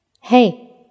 Hey